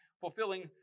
fulfilling